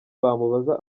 bamubaza